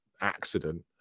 accident